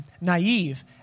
naive